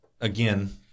again